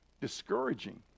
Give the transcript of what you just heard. discouraging